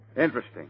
Interesting